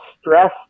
stress